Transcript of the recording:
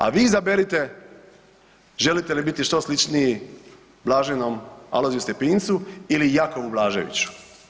A vi izaberite želite li biti što sličniji blaženom Alojziju Stepincu ili Jakovu Blaževiću.